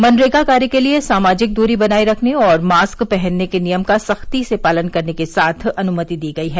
मनरेगा कार्य के लिए सामाजिक दूरी बनाये रखने और मास्क पहनने के नियम का सख्ती से पालन करने के साथ अनुमति दी गई है